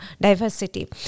diversity